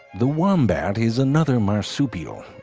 the wombat is another marsupial